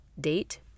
date